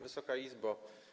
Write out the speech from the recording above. Wysoka Izbo!